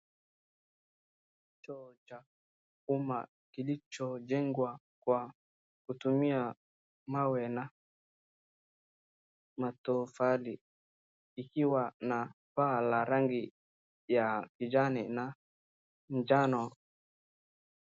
Choo cha uma kilicho jengwa kwa kutumia mawe na matofali ikiwa na paa la rangi ya kijani na njano.